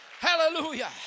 Hallelujah